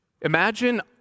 Imagine